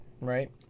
right